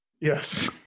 Yes